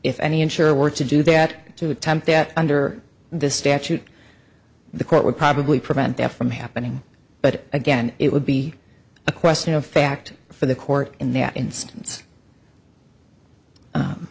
if any insurer were to do that to attempt at under this statute the court would probably prevent that from happening but again it would be a question of fact for the court in that instance